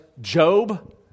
Job